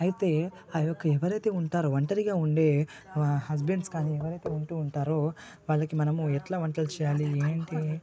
అయితే ఆ యొక్క ఎవరైతే ఉంటారో ఒంటరిగా ఉండే హస్బెండ్స్ కానీ ఎవరయితే ఉంటు ఉంటారో వాళ్ళకి మనము ఎట్లా వంటలు చేయాలి ఏంటి